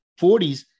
40s